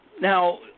Now